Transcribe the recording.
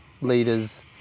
leaders